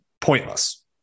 pointless